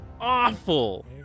awful